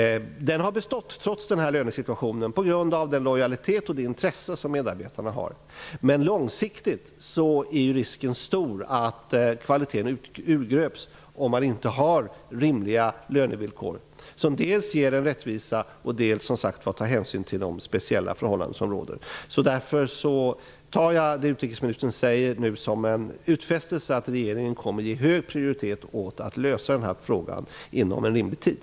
Trots lönesituationen har kvaliteten bestått på grund av lojaliteten och intresset hos medarbetarna. Men långsiktigt är risken stor att kvaliteten urgröps, om man inte får rimliga lönevillkor som dels är rättvisa och dels tar hänsyn till de speciella förhållanden som råder. Därför tar jag det som utrikesministern nu säger som en utfästelse att regeringen kommer att ge hög prioritet åt att klara av problemet inom en rimlig tid.